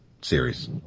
series